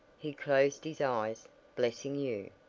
he closed his eyes blessing you!